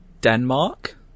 Denmark